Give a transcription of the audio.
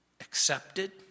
Accepted